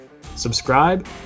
Subscribe